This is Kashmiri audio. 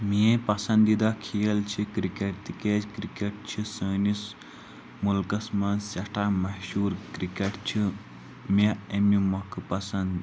میٲنۍ پسنٛدیٖدہ کھیل چھِ کرکٹ تِکیٛازِ کرکٹ چھِ سٲنِس مُلکس منٛز سٮ۪ٹھاہ مشہوٗر کرکٹ چھِ مےٚ امہِ مۄکھہٕ پسنٛد